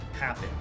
happen